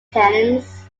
helens